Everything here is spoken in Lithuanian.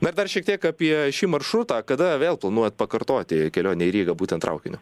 na ir dar šiek tiek apie šį maršrutą kada vėl planuojat pakartoti kelionę į rygą būtent traukiniu